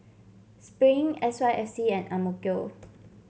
Spring S Y F C and AMK